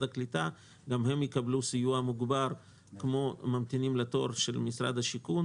הקליטה יקבלו סיוע מוגבר כמו הממתינים בתור של משרד השיכון,